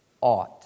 Ought